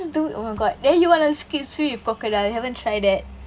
do it oh my god then you want to ski~ swim with crocodile you haven't tried that